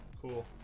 Cool